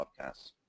podcasts